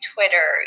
Twitter